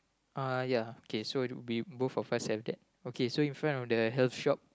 uh ya okay so we both of us have that okay so in front of the health shop